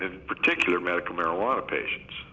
in particular medical marijuana patients